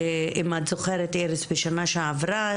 אם את זוכרת איריס בשנה שעברה,